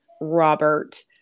Robert